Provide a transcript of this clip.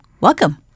Welcome